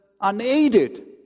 Unaided